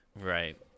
right